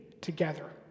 together